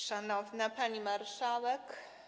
Szanowna Pani Marszałek!